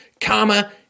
Karma